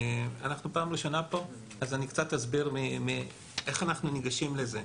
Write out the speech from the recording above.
אנחנו פעם ראשונה פה אז אני אסביר קצת איך אנחנו ניגשים לזה.